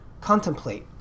contemplate